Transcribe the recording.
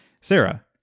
Sarah